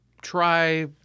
try